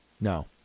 No